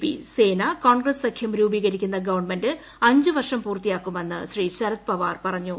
P സേന കോൺഗ്രസ് സഖ്യം രൂപീകരിക്കുന്ന ഗവൺമെന്റ് അഞ്ചു വർഷം പൂർത്തിയാക്കുമെന്ന് ശ്രീ ശരത്പവാർ പറഞ്ഞു